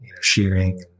shearing